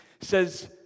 says